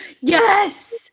Yes